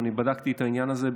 ובדקתי את העניין הזה,